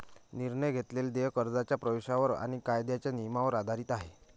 निर्णय घेतलेले देय कर्जाच्या प्रवेशावर आणि कायद्याच्या नियमांवर आधारित आहे